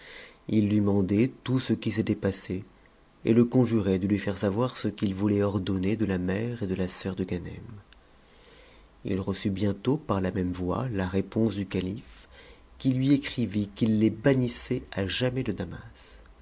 i lui mandait'tout ce qui s'était passé et le conjurait de lui faire savoir ce qu'it voulait ordonner de la mèr et de la sceur de ganem il reçut bientôt par la même voie la réponse du calife qui lui écrivit qu'il les bannissait à jamais de damas